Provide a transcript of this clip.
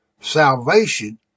Salvation